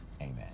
amen